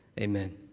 Amen